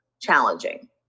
challenging